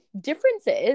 differences